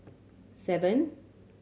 seven